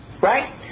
right